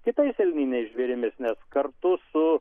kitais elniniais žvėrimis nes kartu su